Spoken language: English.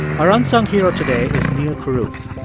our unsung hero today is neal carruth.